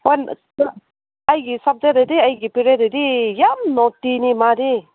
ꯑꯩꯒꯤ ꯁꯕꯖꯦꯛꯇꯥꯗꯤ ꯑꯩꯒꯤ ꯄꯦꯔꯣꯠꯇꯗꯤ ꯌꯥꯝ ꯅꯣꯇꯤꯅꯤ ꯃꯥꯗꯤ